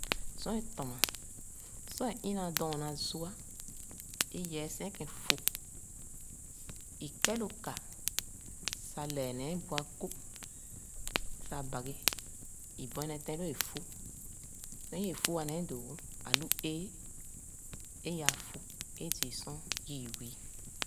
Sor è tɔna, sor è ina dɔɔna zha é i’ee sikēn fōh, ikɛ̄ lō ka sah lɛɛ nee bu akō sah baghi, i bue nee tén lō’e fīh. Sor i’ee fōh aya nee dōō wō, alu éé é l’āā fōh é zii sor yii wii.